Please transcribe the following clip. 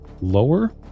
lower